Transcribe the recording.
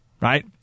right